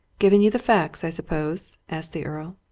given you the facts, i suppose? asked the earl.